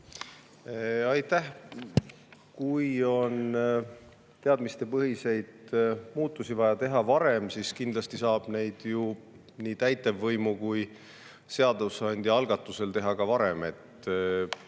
Aitäh! Kui teadmistepõhiseid muudatusi on vaja teha varem, siis kindlasti saab neid ju nii täitevvõimu kui ka seadusandja algatusel teha.